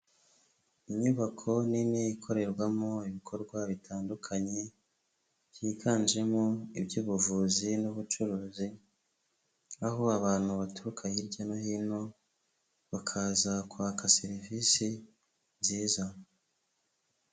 Inyubako nini ikorerwamo ibikorwa bitandukanye byiganjemo iby'ubuvuzi n'ubucuruzi, aho abantu baturuka hirya no hino bakaza kwaka serivisi nziza.